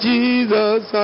Jesus